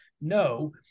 no